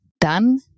done